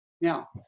Now